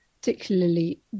particularly